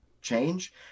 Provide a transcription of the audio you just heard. change